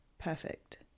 perfect